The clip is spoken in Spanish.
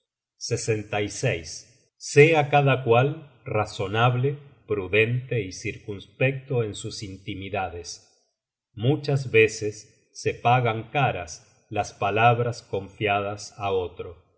ojos de todos sea cada cual razonable prudente y circunspecto en sus intimidades muchas veces se pagan caras las palabras confiadas á otro